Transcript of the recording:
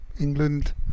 England